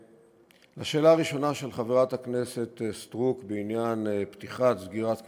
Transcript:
לשאלה הראשונה של חברת הכנסת סטרוק בעניין פתיחת סגירת כבישים,